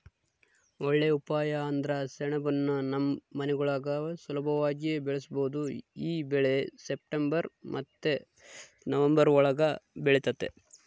ಒಳ್ಳೇ ಉಪಾಯ ಅಂದ್ರ ಸೆಣಬುನ್ನ ನಮ್ ಮನೆಗುಳಾಗ ಸುಲುಭವಾಗಿ ಬೆಳುಸ್ಬೋದು ಈ ಬೆಳೆ ಸೆಪ್ಟೆಂಬರ್ ಮತ್ತೆ ನವಂಬರ್ ಒಳುಗ ಬೆಳಿತತೆ